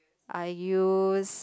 I use